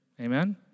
Amen